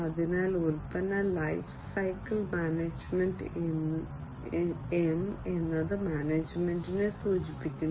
അതിനാൽ ഉൽപ്പന്ന life cycle management M എന്നത് മാനേജ്മെന്റിനെ സൂചിപ്പിക്കുന്നു